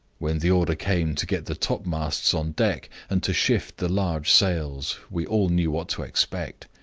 when the order came to get the topmasts on deck, and to shift the large sails, we all knew what to expect.